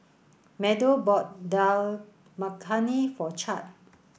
Meadow bought Dal Makhani for Chadd